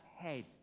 head